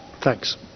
Thanks